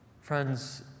Friends